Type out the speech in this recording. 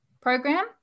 program